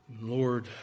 Lord